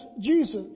Jesus